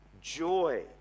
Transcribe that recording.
joy